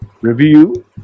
review